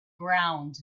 ground